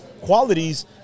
qualities